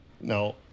No